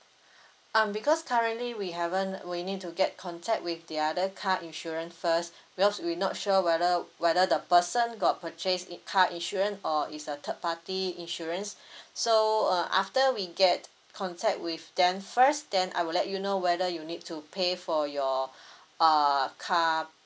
um because currently we haven't we need to get contact with the other car insurance first because we not sure whether whether the person got purchase in~ car insurance or is a third party insurance so uh after we get contact with them first then I will let you know whether you need to pay for your uh car